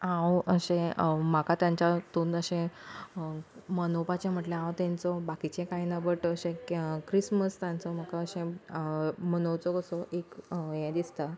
हांव अशें म्हाका तेंच्या हितून अशें मनोवपाचें म्हटल्यार हांव तेंचो बाकीचें कांय ना बट अशें क्रि क्रिसमस तांचो म्हाका अशें मनोवचो कसो एक हें दिसता